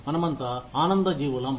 మనమంతా ఆనంద జీవులం